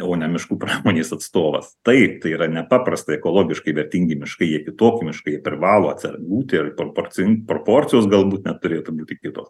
o ne miškų pramonės atstovas taip tai yra nepaprastai ekologiškai vertingi miškai jie kitokie miškai privalo būti proporcin proporcijos galbūt net turėtų būti kitos